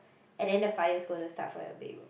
and then the fire is gonna start from your bedroom